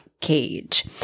cage